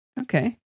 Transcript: okay